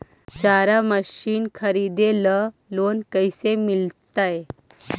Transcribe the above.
चारा मशिन खरीदे ल लोन कैसे मिलतै?